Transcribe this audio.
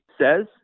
says